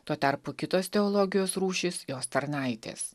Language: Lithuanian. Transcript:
tuo tarpu kitos teologijos rūšys jos tarnaitės